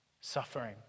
Suffering